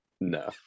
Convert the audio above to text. No